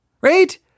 right